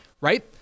right